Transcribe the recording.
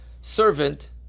servant